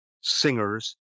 singers